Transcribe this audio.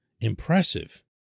impressive